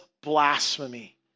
blasphemy